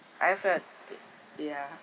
I felt too ya